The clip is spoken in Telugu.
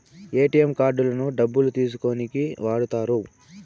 ఏటీఎం కార్డులను డబ్బులు తీసుకోనీకి వాడుతారు